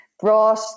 brought